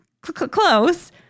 Close